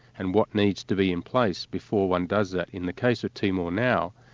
and what needs to be in place before one does that. in the case of timor now,